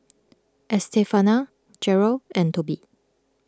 Estefania Jerel and Tobe